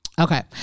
okay